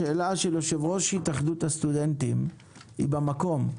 השאלה של יו"ר התאחדות הסטודנטים היא במקום,